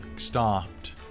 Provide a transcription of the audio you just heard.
Stopped